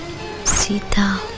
sita